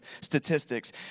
statistics